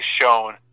shown